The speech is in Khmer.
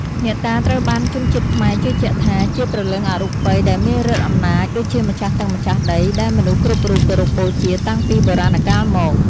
អ្នកតា ត្រូវបានជនជាតិខ្មែរជឿជាក់ថា ជាព្រលឹងអរូបីដែលមានឫទ្ធិអំណាច ដូចជាម្ចាស់ទឹក ម្ចាស់ដី ដែលមនុស្សគ្រប់រូបគោរពបូជាតាំងពីបុរាណកាលមក។